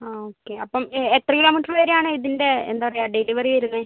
ആ ഓക്കേ അപ്പം എത്ര കിലോമീറ്റർ വരെ ആണ് ഇതിൻ്റ എന്താ പറയുക ഡെലിവറി വരുന്നത്